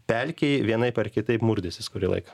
pelkėje vienaip ar kitaip murdysis kurį laiką